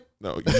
No